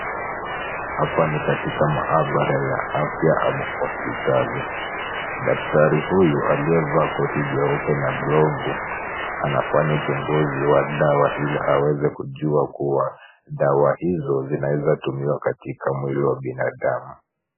Hapa ni katika maabara ya afya ama hospitali. Daktari huyu aliyevaa koti njeupe na glovu anafanya uchunguzi wa dawa, ili aweze kujua kuwa dawa hizo zinaweza tumiwa katika mwili wa binadamu.